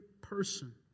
person